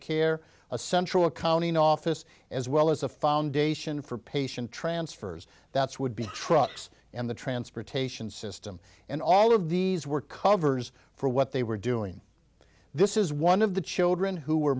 care a central accounting office as well as a foundation for patient transfers that's would be trucks and the transportation system and all of these were covers for what they were doing this is one of the children who were